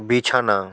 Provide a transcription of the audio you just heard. বিছানা